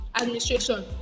administration